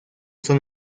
son